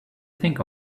think